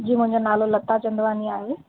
जी मुंहिंजो नालो लता चंदवानी आहे